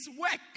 work